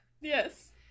Yes